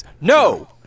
No